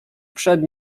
przed